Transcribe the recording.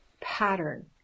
pattern